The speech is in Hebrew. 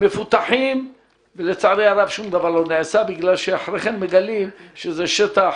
מפותחים ולצערי הרב שם דבר לא נעשה בגלל שאחר כך מגלים שזה שטח